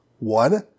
One